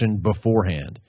beforehand